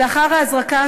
לאחר ההזרקה,